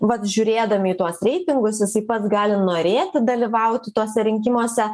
vat žiūrėdami į tuos reitingus jisai pats gali norėti dalyvauti tuose rinkimuose